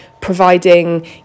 providing